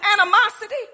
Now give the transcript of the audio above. animosity